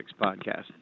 podcast